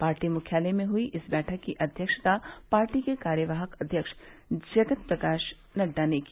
party मुख्यालय में हुई इस बैठक की अध्यक्षता पार्टी के कार्यवाहक अध्यक्ष जगत प्रकाश नड्डा ने की